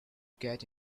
get